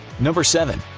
number seven.